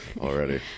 already